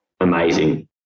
amazing